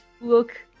look